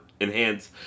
enhance